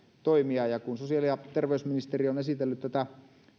toimia ja kun sosiaali ja terveysministeriö on esitellyt tätä